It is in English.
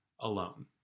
alone